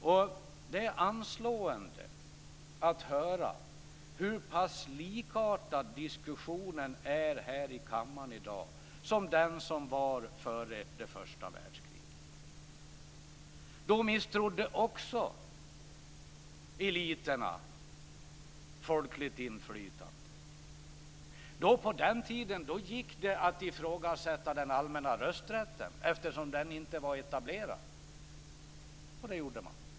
Det är anslående att höra hur pass likartad diskussionen här i kammaren i dag är den som fördes före det första världskriget. Då misstrodde också eliterna folkligt inflytande. På den tiden gick det att ifrågasätta den allmänna rösträtten, eftersom den inte var etablerad. Och det gjorde man.